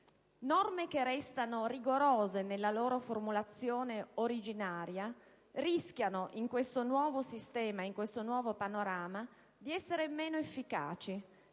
Norme che restano rigorose nella loro formulazione originaria rischiano, in questo nuovo sistema e panorama, di essere meno efficaci